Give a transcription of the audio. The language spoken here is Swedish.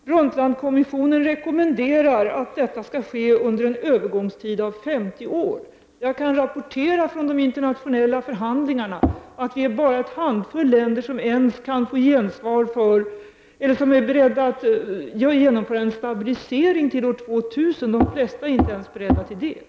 Brundtlandkommissionen rekommenderar att detta skall ske under en övergångstid av 50 år. Jag kan rapportera från de internationella förhandlingarna att det är bara en handfull länder som är beredda att genomföra en stabilisering till år 2000. De flesta länder är inte ens beredda till detta.